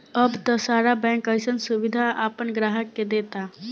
अब त सारा बैंक अइसन सुबिधा आपना ग्राहक के देता